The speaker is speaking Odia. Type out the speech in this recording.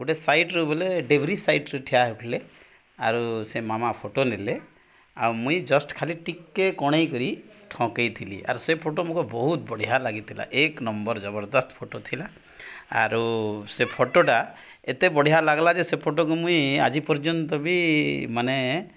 ଗୋଟେ ସାଇଟରୁ ବୋଲେ ଡେଭରି ସାଇଟ୍ର ଠିଆ ଉଠିଲେ ଆରୁ ସେ ମାମା ଫଟୋ ନେଲେ ଆଉ ମୁଇଁ ଜଷ୍ଟ ଖାଲି ଟିକେ କଣେଇ କରି ଠକେଇଁ ଥିଲି ଆର୍ ସେ ଫଟୋ ମୋ ବହୁତ ବଢ଼ିଆ ଲାଗିଥିଲା ଏକ ନମ୍ବର ଜବରଦସ୍ତ ଫଟୋ ଥିଲା ଆରୁ ସେ ଫଟୋଟା ଏତେ ବଢ଼ିଆ ଲାଗ୍ଲା ଯେ ସେ ଫଟୋକୁ ମୁଇଁ ଆଜି ପର୍ଯ୍ୟନ୍ତ ବି ମାନେ